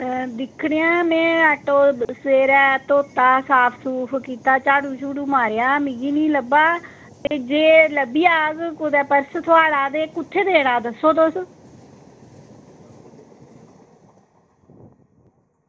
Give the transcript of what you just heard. दिक्खने आं में आटो सवेरे धोता साफ सूफ कीता झाड़ू झूड़ू मारेआ मिगी निं लब्भा जे लब्भी जाह्ग कुदै पर्स थुआढ़ा ते कुत्थें देना दस्सो तुस